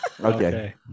Okay